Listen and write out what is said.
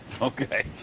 Okay